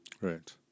Right